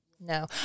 No